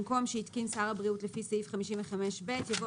במקום "שהתקין שר הבריאות לפי סעיף 55ב" יבוא